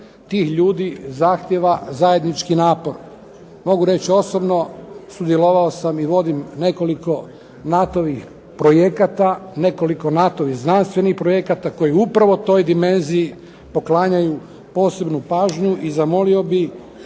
tih ljudi zahtjeva zajednički napor. Mogu reći osobno sudjelovao sam i vodim nekoliko NATO-vih projekata, nekoliko NATO-vih znanstvenih projekata koji upravo toj dimenziji poklanjaju posebnu pažnju. I zamolio bih